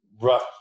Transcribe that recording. rough